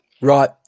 Right